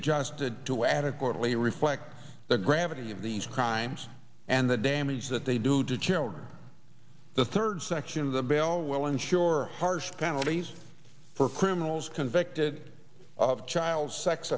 adjusted to adequately reflect the gravity of these crimes and the damage that they do to children the third section of the bill will ensure harsh penalties for criminals convicted of child sex